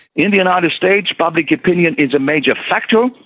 in the united states, public opinion is a major factor,